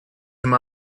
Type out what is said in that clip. him